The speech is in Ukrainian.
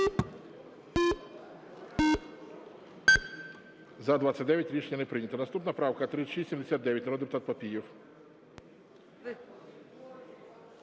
За-29 Рішення не прийнято. Наступна правка 3679, народний депутат Папієв.